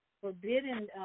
forbidden